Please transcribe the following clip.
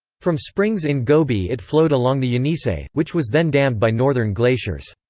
from springs in gobi it flowed along the yenisei, which was then dammed by northern glaciers.